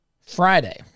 Friday